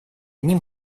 ним